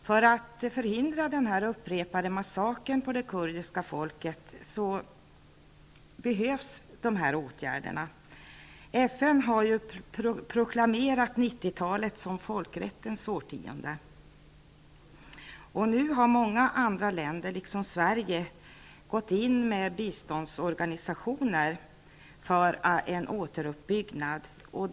För att förhindra upprepade massakrer på det kurdiska folket behövs åtgärder. FN har proklamerat 90-talet som folkrättens årtionde. Nu har många länder, bl.a. Sverige, gått in med biståndsorganisationer för en återuppbyggnad.